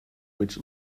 which